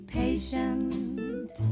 patient